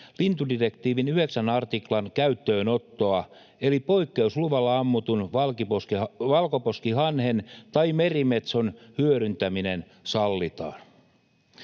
lintudirektiivin 9 artiklan käyttöönottoa, eli poikkeusluvalla ammutun valkoposkihanhen tai merimetson hyödyntäminen sallitaan.